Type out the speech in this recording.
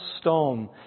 stone